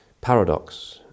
paradox